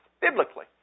biblically